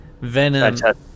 venom